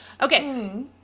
Okay